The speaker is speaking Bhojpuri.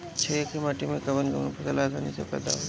छारिया माटी मे कवन कवन फसल आसानी से पैदा होला?